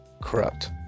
corrupt